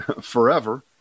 forever